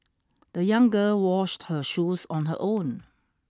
the young girl washed her shoes on her own